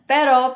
Pero